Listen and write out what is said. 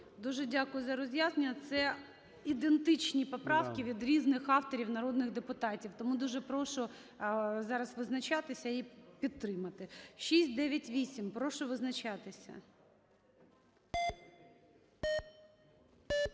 Дуже дякую за роз'яснення. Це ідентичні поправки від різних авторів народних депутатів. Тому дуже прошу зараз визначатися і підтримати. 698. Прошу визначатися.